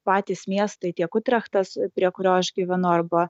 patys miestai tiek utrechtas prie kurio aš gyvenu arba